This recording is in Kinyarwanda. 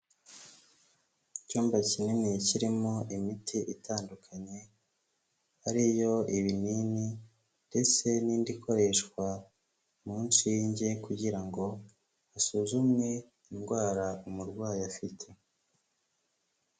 Icyumba kinini kirimo imiti itandukanye, ari yo ibinini ndetse n'indi ikoreshwa, mu nshinge kugira ngo hasuzumwe indwara umurwayi afite.